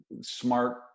smart